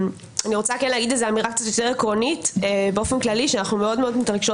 אני רוצה להגיד אמירה יותר עקרונית שאנחנו מאוד מתרגשות